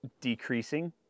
decreasing